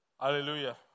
Hallelujah